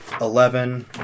eleven